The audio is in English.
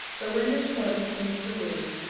but when miss portman came to the words,